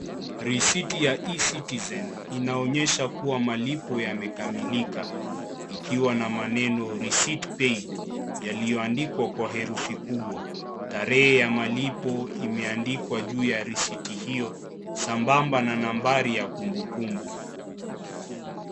Risiti ya E citizen inaonyesha kuwa malipo yamekamilika. Ikiwa na maneno RECEIPT PAID , yaliyoandikwa kwa herufi kubwa. Tarehe ya malipo imeandikwa juu ya risiti hiyo, sambamba na nambari ya kumbukumbu.